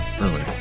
early